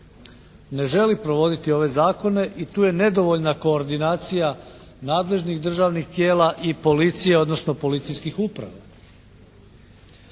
ne želi provoditi ove zakone i tu je nedovoljna koordinacija nadležnih državnih tijela i policije odnosno policijskih uprava.